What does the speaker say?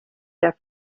der